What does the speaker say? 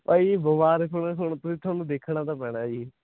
ਭਾਅ ਜੀ ਹੁਣ ਥੋਨੂੰ ਦੇਖਣਾ ਤਾਂ ਪੈਣਾ ਜੀ